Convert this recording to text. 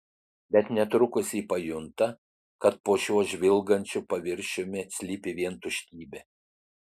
bet netrukus ji pajunta kad po šiuo žvilgančiu paviršiumi slypi vien tuštybė